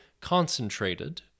concentrated